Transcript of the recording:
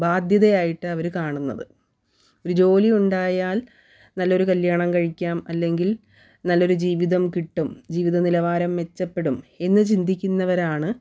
ബാധ്യതയായിട്ടവർ കാണുന്നത് ഒരു ജോലി ഉണ്ടായാൽ നല്ലൊരു കല്യാണം കഴിക്കാം അല്ലെങ്കിൽ നല്ലൊരു ജീവിതം കിട്ടും ജീവിത നിലവാരം മെച്ചപ്പെടും എന്ന് ചിന്തിക്കുന്നവരാണ്